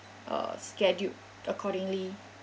uh scheduled accordingly